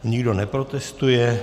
Nikdo neprotestuje.